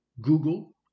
Google